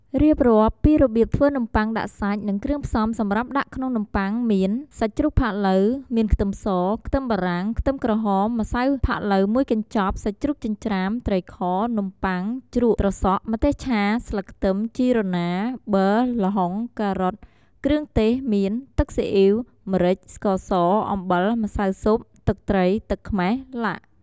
រៀបរាប់ពីរបៀបធ្វើនំបុ័ងដាក់សាច់និងគ្រឿងផ្សំសម្រាប់ដាក់ក្នុងនំប័ុងមាន សាច់ជ្រូកផាក់ឡូវ មានខ្ទឹមស ខ្ទឹមបារាំង ខ្ទឹមក្រហម ម្សៅផាក់ឡូវមួយកព្ចាប់ សាច់ជ្រូកចិញ្រ្ចាំ ត្រីខ នំប័ុង ជ្រក់ ត្រសក់ ម្ទេសឆា ស្លឹកខ្ទឹម ជីរណា ប័រ ល្ហុង ការ៉ុត គ្រឿងទេសមាន ទឹកសុីអ៉ីវ ម្រេច ស្ករស អំបិល ម្សៅស៊ុប ទឹកត្រី ទឹកខ្មះ។